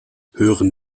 hören